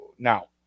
Now